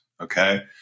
okay